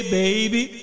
baby